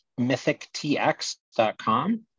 mythictx.com